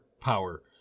power